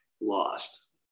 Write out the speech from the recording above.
lost